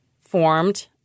formed—